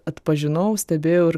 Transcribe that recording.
atpažinau stebėjau ir